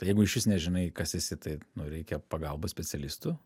tai jeigu išvis nežinai kas esi tai nu reikia pagalbos specialistų